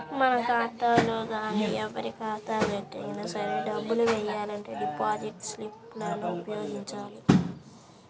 మన ఖాతాలో గానీ ఎవరి ఖాతాలోకి అయినా సరే డబ్బులు వెయ్యాలంటే డిపాజిట్ స్లిప్ లను ఉపయోగించాలి